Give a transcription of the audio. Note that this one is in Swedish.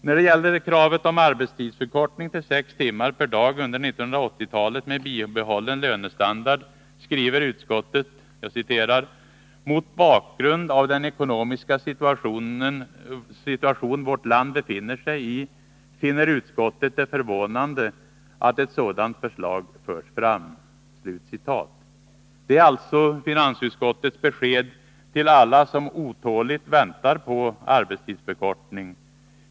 När det gäller kravet på arbetstidsförkortning till sex timmar per dag under 1980-talet med bibehållen lönestandard skriver utskottet: ”Mot bakgrund av den ekonomiska situation vårt land befinner sig i finner utskottet det förvånande att ett sådant förslag förs fram.” Det är alltså finansutskottets besked till alla som otåligt väntar på arbetstidsförkortning.